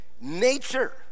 Nature